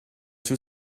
two